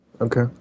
Okay